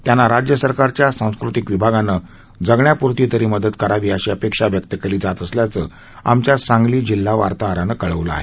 त्यांना राज्य सरकारच्या सांस्कृतिक विभागानं जगण्या प्रती तरी मदत करावी अशी अपेक्षा व्यक्त केली जात असल्याचं आमच्या सांगली जिल्हा वार्ताहरानं कळवलं आहे